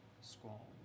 squall